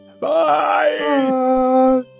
Bye